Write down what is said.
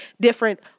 Different